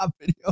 video